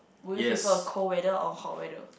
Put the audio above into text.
will you prefer a cold weather or hot weather